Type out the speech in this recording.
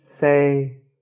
say